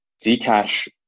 Zcash